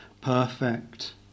perfect